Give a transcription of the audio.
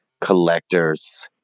collectors